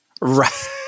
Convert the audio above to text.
right